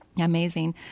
Amazing